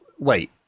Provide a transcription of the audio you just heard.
Wait